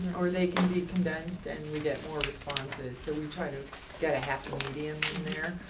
or they can be condensed and we get more responses. so we try to get a happy medium in there.